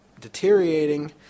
deteriorating